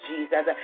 Jesus